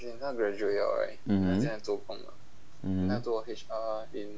mmhmm